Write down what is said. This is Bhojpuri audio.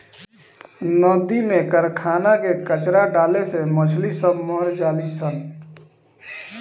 नदी में कारखाना के कचड़ा डाले से मछली सब मर जली सन